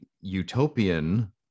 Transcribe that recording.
utopian